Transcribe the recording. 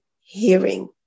hearing